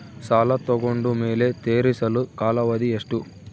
ಸಾಲ ತಗೊಂಡು ಮೇಲೆ ತೇರಿಸಲು ಕಾಲಾವಧಿ ಎಷ್ಟು?